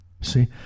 See